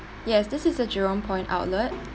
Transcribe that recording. yes this is the jurong point outlet